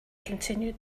continued